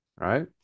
Right